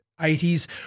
80s